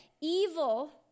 evil